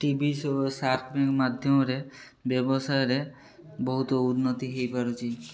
ଟି ଭି show Shark ମାଧ୍ୟମରେ ବ୍ୟବସାୟରେ ବହୁତ ଉନ୍ନତି ହେଇପାରୁଛି